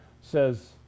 says